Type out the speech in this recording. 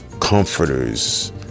comforters